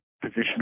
position